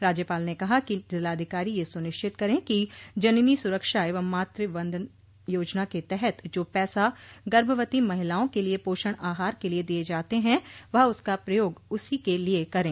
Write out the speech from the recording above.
राज्यपाल ने कहा कि जिलाधिकारी यह सुनिश्चित करे कि जननी सुरक्षा एवं मातू वंदन योजना के तहत जो पैसा गर्भवती महिलाओं के लिये पोषण आहार के लिये दिये जाते है वह उसका प्रयोग उसी के लिये करे